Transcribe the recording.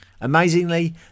Amazingly